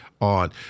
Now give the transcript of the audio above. on